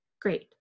Great